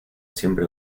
siempre